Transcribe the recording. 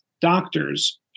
doctors